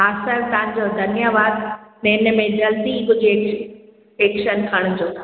हा सर तव्हां तव्हांजो धन्यवादु महीने में जल्दी ई कुझु एक एक्शन खणिजो